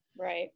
right